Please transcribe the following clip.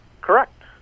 Correct